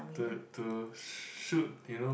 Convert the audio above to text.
the the shoot you know